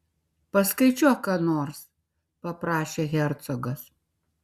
paskaičiuok ką nors paprašė hercogas